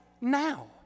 now